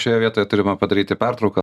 šioje vietoje turime padaryti pertrauką